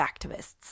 activists